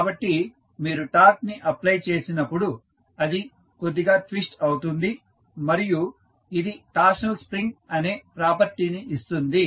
కాబట్టి మీరు టార్క్ ని అప్ప్లై చేసినపుడు అది కొద్దిగా ట్విస్ట్ అవుతుంది మరియు ఇది టార్షనల్ స్ప్రింగ్ అనే ప్రాపర్టీని ఇస్తుంది